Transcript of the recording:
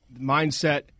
mindset